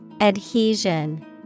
Adhesion